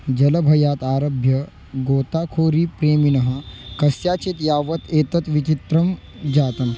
जलभयात् आरभ्य गोताखोरीप्रेमिणः कस्याचित् यावत् एतत् विचित्रं जातम्